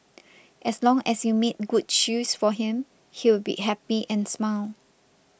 as long as you made good shoes for him he would be happy and smile